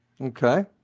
Okay